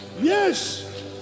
Yes